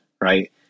right